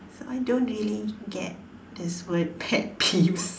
I don't really get this word pet peeves